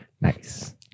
Nice